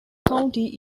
county